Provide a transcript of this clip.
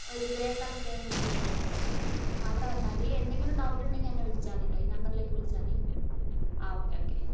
ഒരു grey colour paint അടിച്ച വീടാണ് കേട്ടോ അവിടെ വന്നാൽ മതി എന്തെങ്കിലും ഡൗട്ട് ഉണ്ടെങ്കിൽ എന്നെ വിളിച്ചാൽ മതി കേട്ടോ ഈ നമ്പറിലേക്ക് വിളിച്ചാൽ മതി ആ ഓക്കെ ഓക്കെ